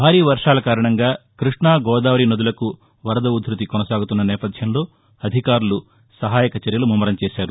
భారీ వర్షాల కారణంగా కృష్ణ గోదావరి నదులకు వరద ఉధృతి కొనసాగుతున్న నేపధ్యంలో అధికారులు సహాయక చర్యలు ముమ్మరం చేశారు